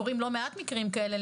קורים לא מעט מקרים כאלה,